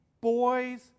boys